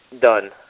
done